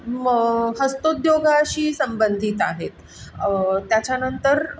मग हस्तोद्योगाशी संबंधित आहेत त्याच्यानंतर